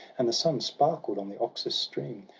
and the sun sparkled on the oxus stream.